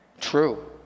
True